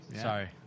Sorry